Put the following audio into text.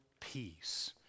peace